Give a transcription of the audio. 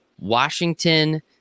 Washington